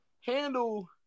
handle